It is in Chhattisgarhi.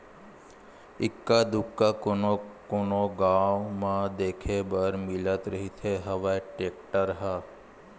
एक्का दूक्का कोनो कोनो गाँव म देखे बर मिलत रिहिस हवय टेक्टर ह